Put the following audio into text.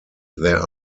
there